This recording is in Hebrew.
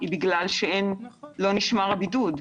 היא בגלל שלא נשמר הבידוד.